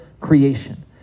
creation